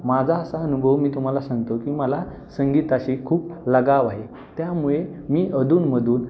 माझा असा अनुभव मी तुम्हाला सांगतो की मला संगीताशी खूप लगाव आहे त्यामुळे मी अधूनमधून